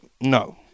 No